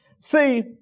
See